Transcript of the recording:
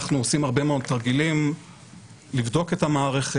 אנחנו עושים הרבה מאוד תרגילים לבדוק את המערכת,